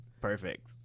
Perfect